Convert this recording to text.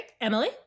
Emily